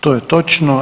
To je točno.